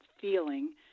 feeling